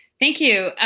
thank you.